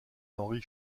henri